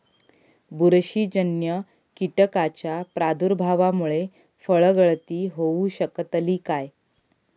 बुरशीजन्य कीटकाच्या प्रादुर्भावामूळे फळगळती होऊ शकतली काय?